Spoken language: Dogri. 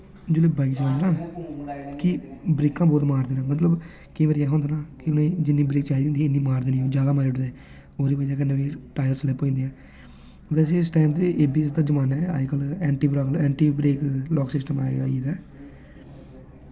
जेह्ड़े बाइक चलांदे ना कि ओह् ब्रेकां बहुत मारदे न मतलब केईं बारी ऐसा होंदा ना कि जिन्नी ब्रेक चाहिदी होंदी उन्नी मारदे निं जैदा मारी उड़दे ओह्दी बजह कन्नै बी टैर स्लिप होई जंदे बैसे अज्जकल दा जमाना ऐंटी ब्रेक लॉक सिस्टम आई गेदा ऐ